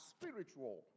spiritual